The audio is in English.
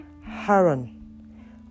Haran